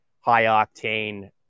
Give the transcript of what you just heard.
high-octane